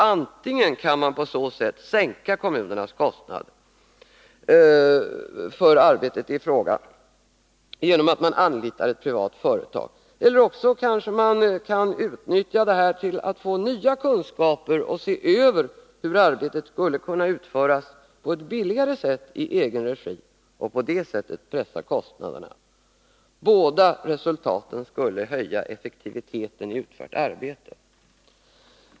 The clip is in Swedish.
Antingen kan man genom att anlita ett privat företag sänka kommunernas kostnader för arbetet i fråga eller också kanske man kan utnyttja detta till att få nya kunskaper och se över hur arbetet skulle kunna utföras på ett billigare sätt i egen regi och på det sättet pressa kostnaderna. Båda resultaten skulle höja effektiviteten i det utförda arbetet.